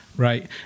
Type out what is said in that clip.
Right